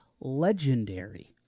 legendary